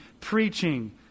preaching